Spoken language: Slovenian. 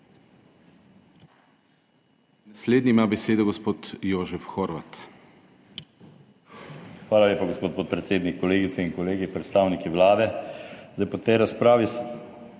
Hvala lepa, gospod podpredsednik. Kolegice in kolegi, predstavniki Vlade!